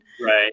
Right